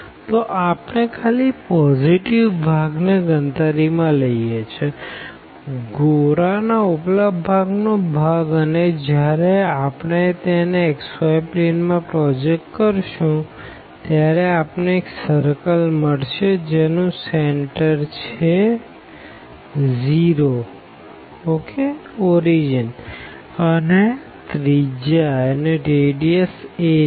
તો આપણે ખાલી પોઝીટીવ ભાગ ને ગણતરી માં લઇએ છે ગોળાના ઉપલા ભાગનો ભાગ અને જયારે આપણે તેને xy પ્લેન માં પ્રોજેક્ટ કરશું ત્યારે આપણે એક સર્કલ મળશે જેનું સેન્ટર 0 0 છે અને રેડીઅસ a છે